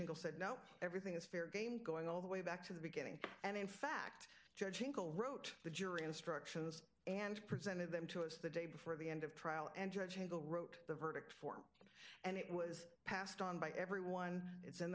judge said no everything is fair game going all the way back to the beginning and in fact judge incl wrote the jury instructions and presented them to us the day before the end of trial and judge him go wrote the verdict form and it was passed on by everyone it's in